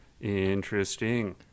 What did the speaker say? Interesting